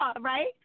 right